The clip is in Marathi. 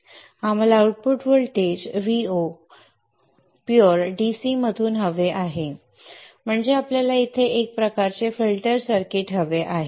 आम्हाला आउटपुट व्होल्टेज Vo शुद्ध DC म्हणून हवे आहे म्हणजे आम्हाला येथे एक प्रकारचे फिल्टर सर्किट हवे आहे